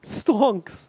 stonks